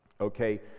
Okay